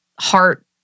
heart